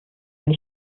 wenn